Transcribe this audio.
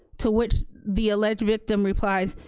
to which the alleged victim replies,